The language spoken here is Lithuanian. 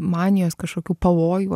manijos kažkokių pavojų